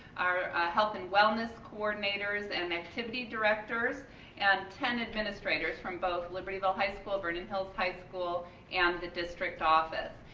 our health and wellness coordinators, and activity directors and ten administrators from both libertyville high school and vernon hills high school and the district office,